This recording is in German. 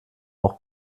auch